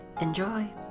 enjoy